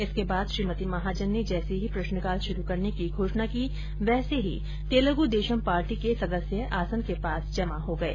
इसके बाद श्रीमती महाजन ने जैसे ही प्रश्नकाल शुरू करने की घोषणा की वैसे ही तेलुगुदेशम पार्टी के सदस्य आसन के पास जमा हो गये